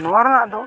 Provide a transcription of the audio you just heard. ᱱᱚᱣᱟ ᱨᱮᱱᱟᱜ ᱫᱚ